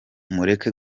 mureke